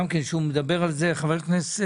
גם כן שהוא מדבר על זה, חבר הכנסת